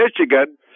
Michigan